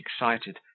excited